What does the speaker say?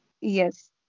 Yes